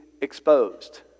exposed